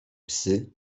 psy